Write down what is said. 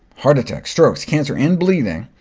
heart attacks, strokes, cancer, and bleeding,